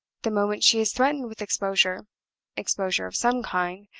the moment she is threatened with exposure exposure of some kind,